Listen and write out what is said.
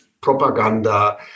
propaganda